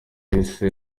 yahise